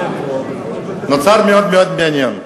מצב מאוד מאוד מעניין.